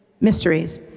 mysteries